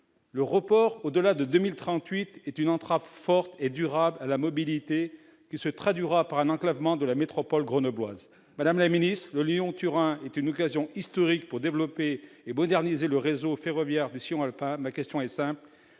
Le report au-delà de 2038 est une entrave forte et durable à la mobilité qui se traduira par un enclavement de la métropole grenobloise. Madame la ministre, le Lyon-Turin est une occasion historique de développer et de moderniser le réseau ferroviaire du sillon alpin. Le Gouvernement